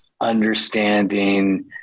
understanding